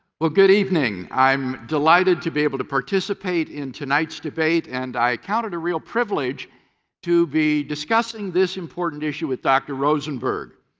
but good evening! i am delighted to be able to participate in tonight's debate. and i count it a real privilege to be discussing this important issue with dr. rosenberg.